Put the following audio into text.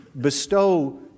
bestow